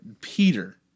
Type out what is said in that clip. Peter